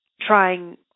trying